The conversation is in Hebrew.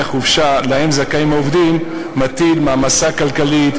החופשה שלהם זכאים העובדים מטיל מעמסה כלכלית,